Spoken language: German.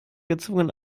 gezwungen